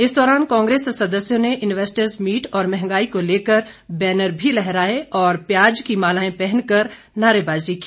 इस दौरान कांग्रेस सदस्यों ने इन्वेस्टर्स मीट और महंगाई को लेकर बैनर भी लहराए और प्याज की मालाएं पहनकर नारेबाजी की